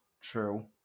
true